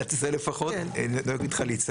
במדינת ישראל לפחות, נגד חליצה.